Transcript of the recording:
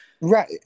Right